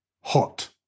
Hot